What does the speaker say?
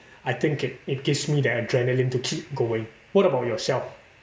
I think it it gives me the adrenaline to keep going what about yourself